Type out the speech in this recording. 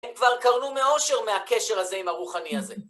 הם כבר קרנו מאושר מהקשר הזה עם הרוחני הזה.